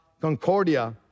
Concordia